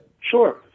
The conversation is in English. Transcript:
Sure